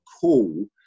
call